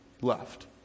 left